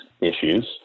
issues